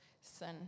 sin